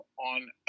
on